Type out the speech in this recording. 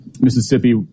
Mississippi